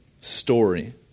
story